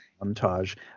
montage